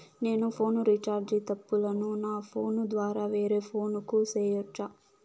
నేను phone recharge తప్పులను నా ఫోను ద్వారా వేరే ఫోను కు సేయొచ్చా?